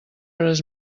hores